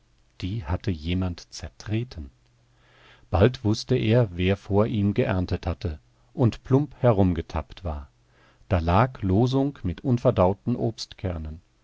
die hatte jemand zertreten bald wußte er wer vor ihm geerntet hatte und plump herumgetappt war da lag losung mit unverdauten obstkernen